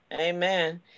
Amen